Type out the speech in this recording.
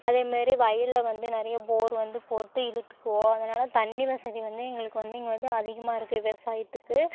அதே மாரி வயலில் வந்து நிறைய போர் வந்து போட்டு இழுத்துக்குவோம் அதனால தண்ணி வசதி வந்து எங்களுக்கு வந்து இங்கே வந்து அதிகமாக இருக்குது விவசாயத்துக்கு